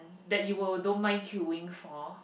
that you will don't mind queuing for